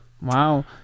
Wow